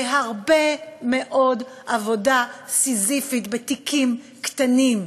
בהרבה מאוד עבודה סיזיפית בתיקים קטנים,